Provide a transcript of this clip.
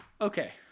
Okay